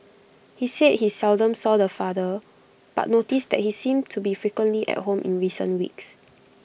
he said he seldom saw the father but noticed that he seemed to be frequently at home in recent weeks